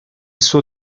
suo